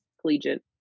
collegiate